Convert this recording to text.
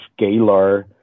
scalar